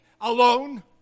alone